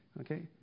okay